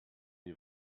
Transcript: die